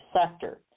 sector